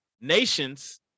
nations